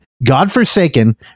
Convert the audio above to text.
godforsaken